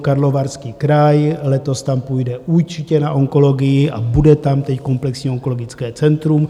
Karlovarský kraj, letos tam půjde určitě na onkologii a bude tam teď komplexní onkologické centrum.